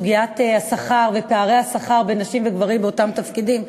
סוגיית השכר ופערי השכר בין נשים לגברים באותם תפקידים.